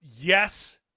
yes